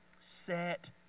set